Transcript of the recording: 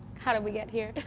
how did we get here?